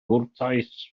gwrtais